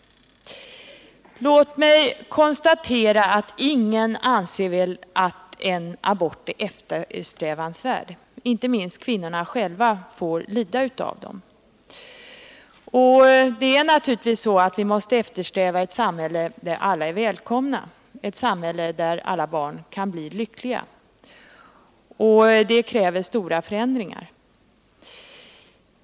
Låt mig konstatera att ingen anser att aborter är eftersträvansvärda. Inte minst kvinnorna själva får lida av dem. Vi måste eftersträva ett samhälle där alla är välkomna, ett samhälle där alla barn kan bli lyckliga. Det kräver stora förändringar.